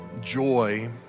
joy